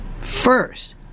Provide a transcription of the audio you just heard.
first